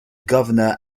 governor